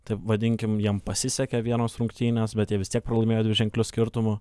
taip vadinkim jiem pasisekė vienos rungtynės bet jie vis tiek pralaimėjo dviženkliu skirtumu